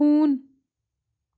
ہوٗن